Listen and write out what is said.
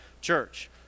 church